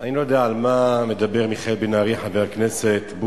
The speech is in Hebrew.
אני לא יודע על מה מדבר חבר הכנסת מיכאל בן-ארי,